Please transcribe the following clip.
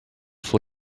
for